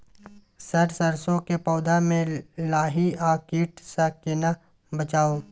Sir सरसो के पौधा में लाही आ कीट स केना बचाऊ?